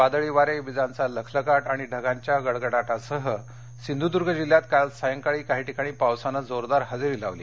वादळी वारे विजांचा लखलखाट आणि ढगांच्या गडगडाटासह सिंधुदुर्ग जिल्ह्यात काल सायंकाळी काही ठिकाणी पावसानं जोरदार हजेरी लावली